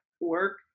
work